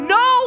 no